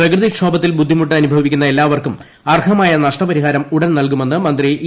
പ്രകൃതിക്ഷോഭത്തിൽ ബുദ്ധിമുട്ട് അനുഭവിക്കുന്ന എല്ലാവർക്കും അർഹമായ നഷ്ടപരിഹാരം ഉടൻ നല്കുമെന്ന് മന്ത്രി ഇ